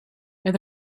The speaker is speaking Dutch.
het